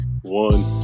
One